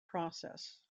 process